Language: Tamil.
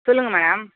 சொல்லுங்கள் மேடம்